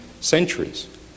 centuries